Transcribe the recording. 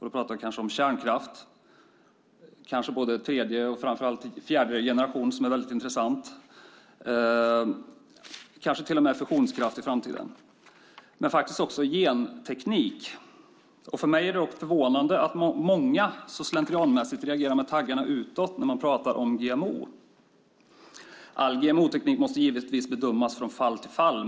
Då talar jag kanske om kärnkraft, och kanske både tredje eller fjärde generationen, som väldigt intressant. Det handlar kanske till och med om fusionskraft i framtiden. Det handlar också om genteknik. För mig är det förvånande att många så slentrianmässigt reagerar med taggarna utåt när man talar om GMO. All GMO-teknik måste givetvis bedömas från fall till fall.